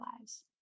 lives